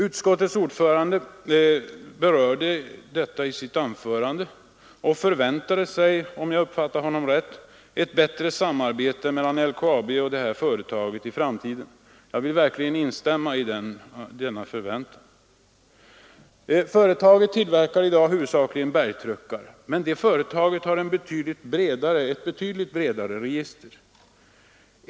Utskottets ordförande berörde detta i sitt anförande och förväntade sig, om jag uppfattade honom rätt, ett bättre samarbete mellan LKAB och detta företag i framtiden. Jag vill verkligen instämma i denna förväntan. Företaget tillverkar i dag huvudsakligen bergtruckar men har ett betydligt bredare register.